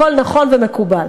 הכול נכון ומקובל.